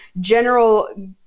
general